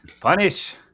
punish